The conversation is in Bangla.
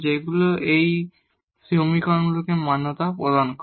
যেগুলি এই সমীকরণগুলিকে মান্যতা প্রদান করে